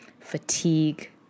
fatigue